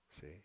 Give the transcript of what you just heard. See